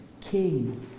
king